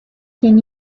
can